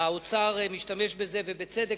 האוצר משתמש בזה ובצדק,